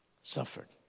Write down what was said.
Suffered